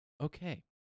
Okay